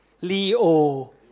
Leo